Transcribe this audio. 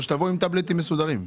או שתבוא עם טבלטים מסודרים.